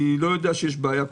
אני לא יודע שיש בעיה.